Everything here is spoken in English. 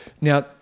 Now